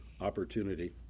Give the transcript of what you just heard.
opportunity